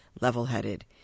level-headed